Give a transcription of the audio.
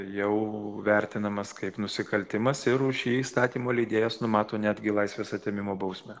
jau vertinamas kaip nusikaltimas ir už jį įstatymo leidėjas numato netgi laisvės atėmimo bausmę